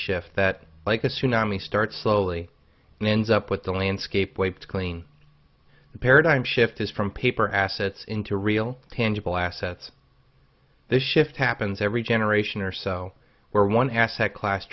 shift that like the tsunami starts slowly and ends up with the landscape wiped clean the paradigm shift is from paper assets into real tangible assets this shift happens every generation or so where one asset class